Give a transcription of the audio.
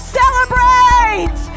celebrate